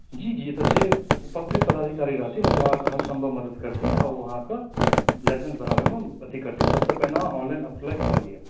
जी जी एतऽ जे उपस्थित पदाधिकारी रहथिन ओ अहाँकेँ हर सम्भव मदद करथिन आ ओ अहाँकेँ लाइसेन्स बनाबैमे अथी करथिन सभसँ पहिने ऑनलाइन अप्लाइ कऽ लिअ